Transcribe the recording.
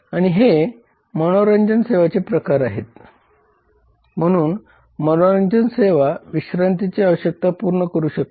आणि हे मनोरंजन सेवांचे प्रकार आहेत म्हणून मनोरंजन सेवा विश्रांतीची आवश्यकता पूर्ण करू शकतात